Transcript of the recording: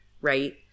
Right